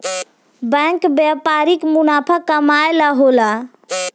bank व्यापारिक मुनाफा कमाए ला होला